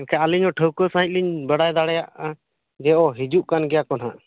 ᱮᱱᱠᱷᱟᱱ ᱟᱹᱞᱤᱧ ᱦᱚᱸ ᱴᱷᱟᱹᱣᱠᱟᱹ ᱥᱟᱺᱦᱤᱡ ᱞᱤᱧ ᱵᱟᱰᱟᱭ ᱫᱟᱲᱮᱭᱟᱜᱼᱟ ᱡᱮ ᱚ ᱦᱤᱡᱩᱜ ᱠᱟᱱ ᱜᱮᱭᱟ ᱠᱚ ᱱᱟᱦᱟᱜ